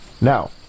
Now